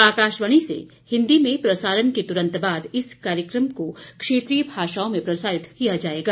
आकाशवाणी से हिन्दी में प्रसारण के तुरन्त बाद इस कार्यक्रम को क्षेत्रीय भाषाओं में प्रसारित किया जायेगा